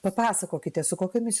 papasakokite su kokiomis